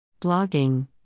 Blogging